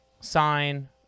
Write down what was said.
sign